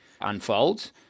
unfolds